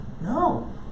No